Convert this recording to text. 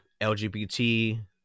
LGBT